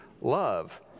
love